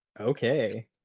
Okay